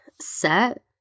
set